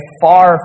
far